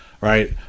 right